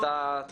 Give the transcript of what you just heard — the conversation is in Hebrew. אני